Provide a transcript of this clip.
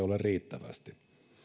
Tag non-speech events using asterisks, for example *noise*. *unintelligible* ole riittävästi